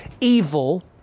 evil